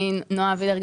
אני נועה וידר,